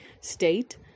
state